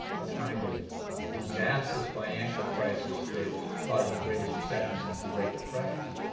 the kind of disastrous financial crisis that caused the greatest recession since the great depression